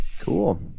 Cool